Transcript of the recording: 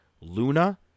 Luna